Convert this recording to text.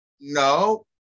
No